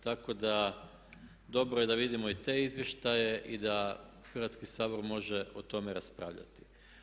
Tako da dobro je da vidimo i te izvještaje i da Hrvatski sabor može o tome raspravljati.